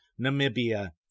Namibia